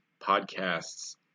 podcasts